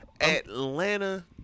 Atlanta